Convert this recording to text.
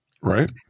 Right